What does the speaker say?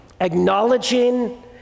acknowledging